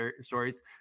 stories